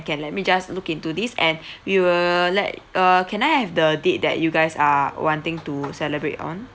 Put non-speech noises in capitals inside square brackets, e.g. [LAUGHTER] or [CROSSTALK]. can let me just look into this and [BREATH] we will like uh can I have the date that you guys are wanting to celebrate on